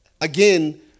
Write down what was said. Again